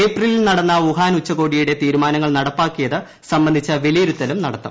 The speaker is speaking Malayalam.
ഏപ്രിലിൽ നടന്ന വുഹാൻ ഉച്ചകോടിയുടെ തീരുമാനങ്ങൾ നടപ്പാക്കിയത് സംബന്ധിച്ച വിലയിരുത്തലും നടത്തും